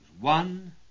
One